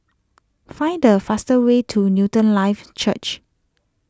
find a faster way to Newton Life Church